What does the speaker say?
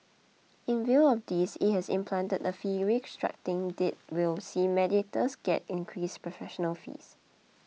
in view of this it has implemented a fee restructuring that will see mediators get increased professional fees